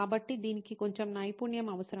కాబట్టి దీనికి కొంచెం నైపుణ్యం అవసరం